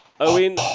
Owen